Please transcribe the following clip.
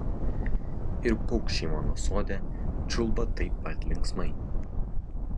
ir paukščiai mano sode čiulba taip pat linksmai